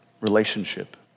relationship